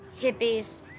Hippies